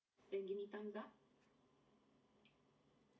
can give me thumbs up